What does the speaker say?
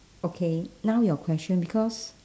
okay now your question because